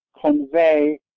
convey